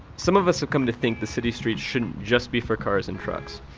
some of us have come to think the city streets shouldn't just be for cars and trucks.